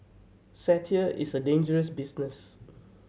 satire is a dangerous business